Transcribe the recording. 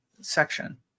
section